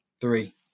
three